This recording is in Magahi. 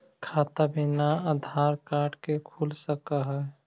खाता बिना आधार कार्ड के खुल सक है?